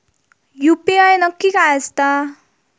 UPI नक्की काय आसता?